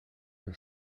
were